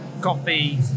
coffee